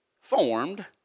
formed